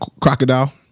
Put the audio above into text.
Crocodile